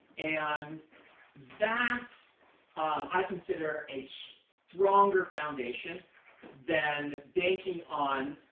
and that i consider a so stronger foundation than banking on